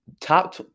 top